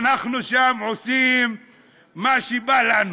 אנחנו שם עושים מה שבא לנו.